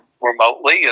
remotely